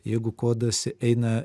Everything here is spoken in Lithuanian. jeigu kodas eina